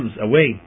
away